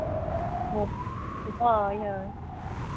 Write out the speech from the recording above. ᱦᱮᱸ ᱦᱳᱭ ᱦᱳᱭ